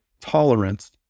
tolerance